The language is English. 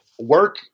Work